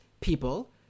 people